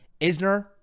Isner